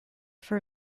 for